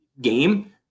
game